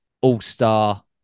all-star